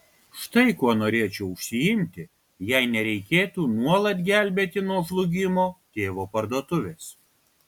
štai kuo norėčiau užsiimti jei nereikėtų nuolat gelbėti nuo žlugimo tėvo parduotuvės